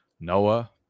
Noah